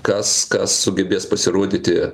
kas kas sugebės pasirodyti